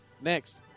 Next